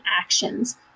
actions